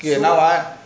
okay now ah